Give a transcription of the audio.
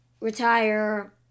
retire